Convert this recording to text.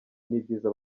n’ibyiza